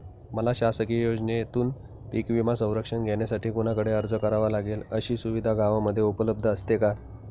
मला शासकीय योजनेतून पीक विमा संरक्षण घेण्यासाठी कुणाकडे अर्ज करावा लागेल? अशी सुविधा गावामध्ये उपलब्ध असते का?